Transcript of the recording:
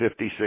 56